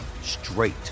straight